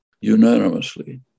Unanimously